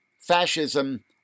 fascism